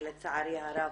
שלצערי הרב,